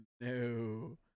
no